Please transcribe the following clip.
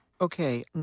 Okay